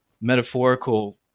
metaphorical